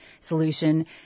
Solution